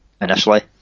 initially